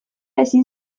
ezin